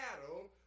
cattle